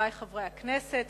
חברי חברי הכנסת,